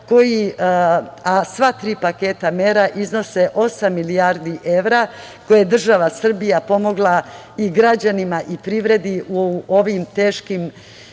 a sva tri paketa mera iznose osam milijardi evra, koliko je država Srbija pomogla i građanima i privredi u ovim teškim